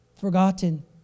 forgotten